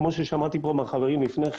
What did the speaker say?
כמו ששמעתי מהחברים לפני כן,